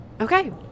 Okay